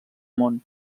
món